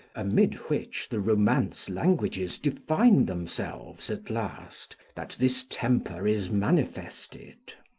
amid which the romance languages define themselves at last, that this temper is manifested.